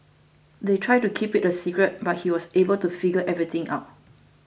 they tried to keep it a secret but he was able to figure everything out